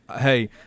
Hey